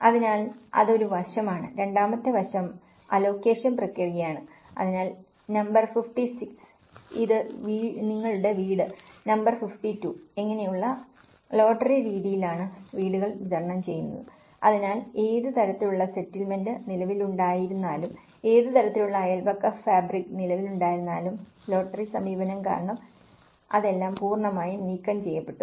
അതിനാൽ അത് ഒരു വശമാണ് രണ്ടാമത്തെ വശം അലോക്കേഷൻ പ്രക്രിയയാണ് അതിനാൽ നമ്പർ 56 ഇത് നിങ്ങളുടെ വീട് നമ്പർ 52 എന്നിങ്ങനെയുള്ള ലോട്ടറി രീതിയിലാണ് വീടുകൾ വിതരണം ചെയ്യുന്നത് അതിനാൽ ഏത് തരത്തിലുള്ള സെറ്റിൽമെന്റ് നിലവിലുണ്ടായിരുന്നാലും ഏത് തരത്തിലുള്ള അയൽപക്ക ഫാബ്രിക് നിലവിലുണ്ടായിരുന്നാലും ലോട്ടറി സമീപനം കാരണം അതെല്ലാം പൂർണ്ണമായും നീക്കം ചെയ്യപ്പെട്ടു